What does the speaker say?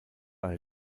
alt